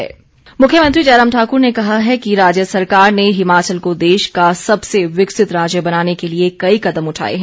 विभिन्न PTC desk मुख्यमंत्री मुख्यमंत्री जयराम ठाकुर ने कहा है कि राज्य सरकार ने हिमाचल को देश का सबसे विकसित राज्य बनाने के लिए कई कदम उठाए हैं